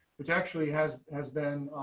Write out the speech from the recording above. which actually has has been